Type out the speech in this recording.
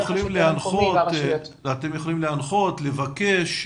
אתם יכולים להנחות, לבקש,